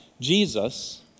Jesus